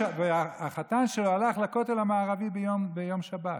והחתן שלו הלך לכותל המערבי ביום שבת.